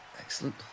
Excellent